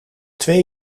twee